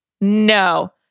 No